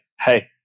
hey